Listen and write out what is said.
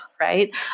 right